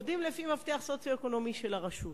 עובדים לפי מפתח סוציו-אקונומי של הרשות,